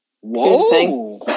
Whoa